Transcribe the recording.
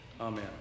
Amen